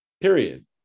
period